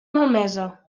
malmesa